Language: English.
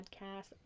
podcast